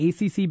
ACC